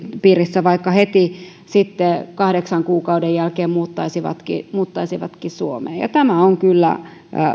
piirissä vaikka he heti kahdeksan kuukauden jälkeen muuttaisivatkin muuttaisivatkin suomeen tämä on kyllä